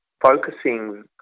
focusing